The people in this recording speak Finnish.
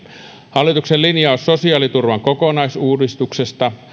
hallituksen linjaus sosiaaliturvan kokonaisuudistuksesta